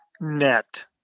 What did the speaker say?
net